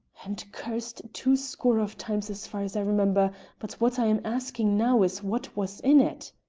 and cursed two score of times as far as i remember but what i am asking now is what was in it?